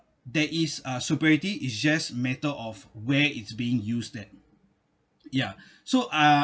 there is a superiority is just matter of where it's being used at ya so uh